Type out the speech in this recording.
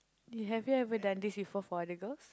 you have you ever done this before for other girls